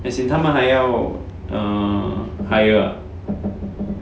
as in 他们还要 err hire ah